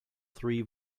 three